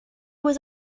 was